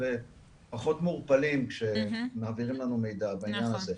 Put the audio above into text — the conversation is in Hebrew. ופחות מעורפלים כשמעבירים לנו מידע בעניין הזה.